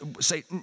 say